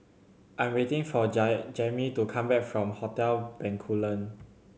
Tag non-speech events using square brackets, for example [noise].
I am waiting for [unintelligible] Jammie to come back from Hotel Bencoolen